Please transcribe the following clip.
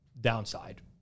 downside